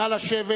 נא לשבת.